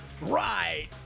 right